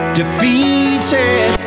defeated